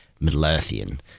Middle-earthian